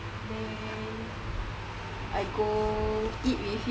then I go eat with you